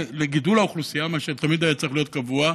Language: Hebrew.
מה שתמיד היה צריך להיות קבוע,